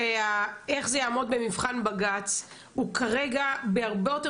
שהשאלה איך זה יעמוד במבחן בג"ץ היא כרגע הרבה יותר